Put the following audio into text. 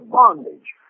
bondage